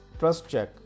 TrustCheck